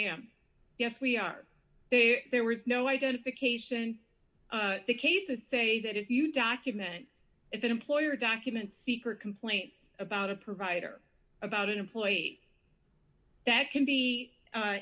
am yes we are if there was no identification the cases say that if you document if an employer documents secret complaints about a provider about an employee that can be